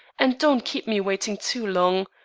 and don't keep me waiting too long.